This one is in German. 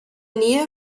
nähe